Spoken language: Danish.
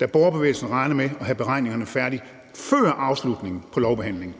da borgerbevægelsen regner med at have beregningerne færdige før afslutningen på lovbehandlingen.